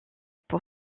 pour